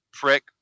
prick